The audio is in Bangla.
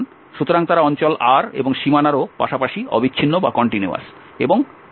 সুতরাং তারা অঞ্চল R এবং সীমানারও পাশাপাশি অবিচ্ছিন্ন এবং অবকলনযোগ্য